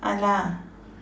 ah lah